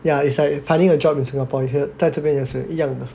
ya it's like finding a job in Singapore you h~ 在这边也是一样的